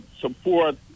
support